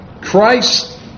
Christ